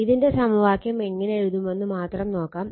ഇതിന്റെ സമവാക്യം എങ്ങനെ എഴുതുമെന്ന് മാത്രം നോക്കാം